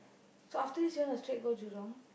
so after this you want to straight go Jurong